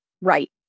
Right